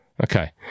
Okay